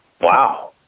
Wow